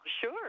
sure